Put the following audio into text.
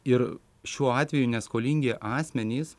ir šiuo atveju neskolingi asmenys